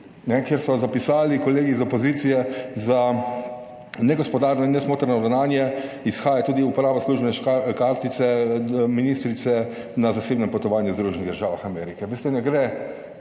kjer so zapisali kolegi iz opozicije, za negospodarno in nesmotrno ravnanje izhaja tudi uporaba službene kartice ministrice na zasebnem potovanju v Združenih državah Amerike.